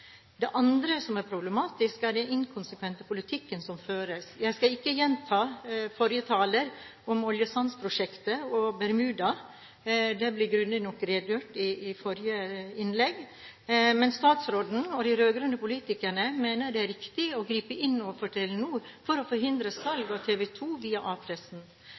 Det andre som er problematisk, er den inkonsekvente politikken som føres. Jeg skal ikke gjenta forrige taler – om oljesandprosjektet og Bermuda. Det ble grundig nok redegjort for i hennes innlegg, men statsråden og de rød-grønne politikerne mener det er riktig å gripe inn overfor Telenor for å forhindre salg av TV 2 via